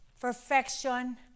Perfection